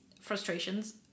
frustrations